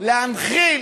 בישראל להנחיל